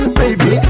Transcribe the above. baby